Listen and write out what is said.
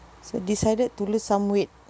so decided to lose some weight